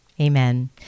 Amen